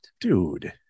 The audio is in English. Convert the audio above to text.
Dude